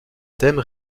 thème